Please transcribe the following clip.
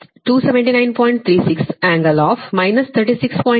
87 ಡಿಗ್ರಿಗೆ 220 ಆಗಿದೆ ಅಂದರೆ ಈ VS 0